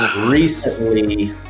recently